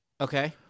Okay